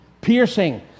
Piercing